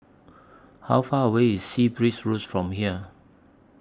How Far away IS Sea Breeze Road from here